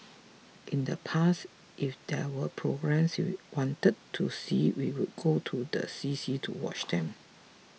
in the past if there were programmes we wanted to see we would go to the C C to watch them